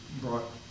brought